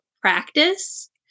practice